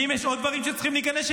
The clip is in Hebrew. ואם יש עוד דברים שצריכים להיכנס,